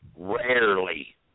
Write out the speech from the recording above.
rarely